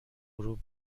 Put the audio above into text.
غروب